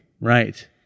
Right